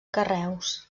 carreus